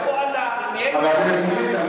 אבו עלא ניהל משא-ומתן.